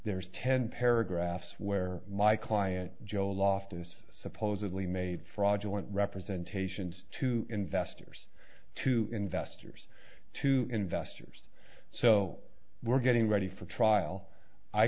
there's ten paragraphs where my client joe loftus supposedly made fraudulent representation to investors to investors to investors so we're getting ready for trial i